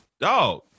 dog